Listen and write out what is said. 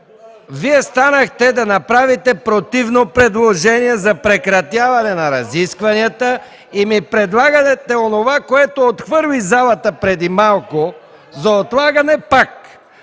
Вие станахте да направите противно предложение за прекратяване на разискванията, а ми предлагате онова, което залата отхвърли преди малко – за отлагане пак.